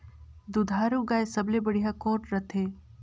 दुधारू गाय सबले बढ़िया कौन रथे?